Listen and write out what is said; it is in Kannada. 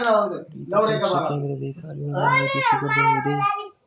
ರೈತ ಸಂಪರ್ಕ ಕೇಂದ್ರದ ಅಧಿಕಾರಿಗಳ ಮಾಹಿತಿ ಸಿಗಬಹುದೇ?